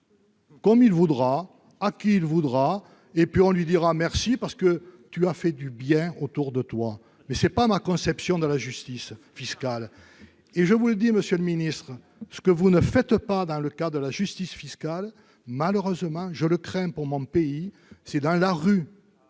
Comme il voudra, à qui il voudra et puis on lui dira merci parce que tu as fait du bien autour de toi, mais c'est pas ma conception de la justice fiscale et je vous ai dit Monsieur le Ministre, ce que vous ne faites pas dans le cas de la justice fiscale, malheureusement je le crains pour mon pays, c'est dans la rue